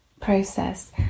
process